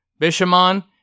Bishamon